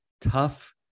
tough